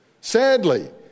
sadly